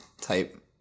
type